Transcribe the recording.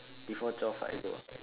before twelve I go